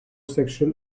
sexual